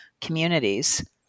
communities